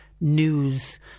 news